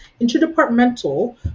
interdepartmental